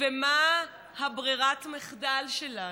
ומה ברירת המחדל שלנו?